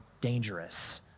dangerous